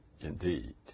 indeed